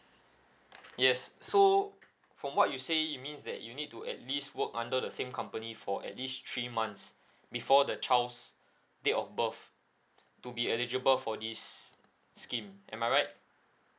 yes so from what you say it means that you need to at least work under the same company for at least three months before the child's date of birth to be eligible for this scheme am I right